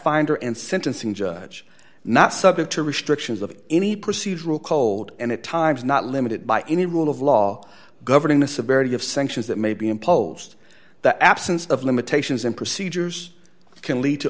factfinder in sentencing judge not subject to restrictions of any procedural cold and at times not limited by any rule of law governing the severity of sanctions that may be imposed the absence of limitations and procedures can lead to